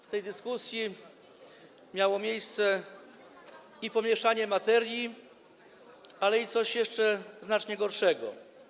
W tej dyskusji miało miejsce pomieszanie materii i coś jeszcze znacznie gorszego.